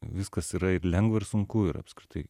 viskas yra ir lengva ir sunku ir apskritai